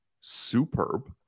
superb